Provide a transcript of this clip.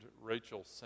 Rachel